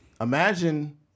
Imagine